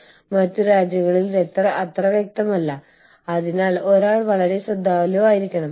നിങ്ങൾക്ക് മറ്റ് രാജ്യങ്ങളിൽ നിന്നുള്ള ആളുകളുണ്ടാകാം